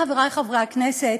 ועכשיו, חברי חברי הכנסת,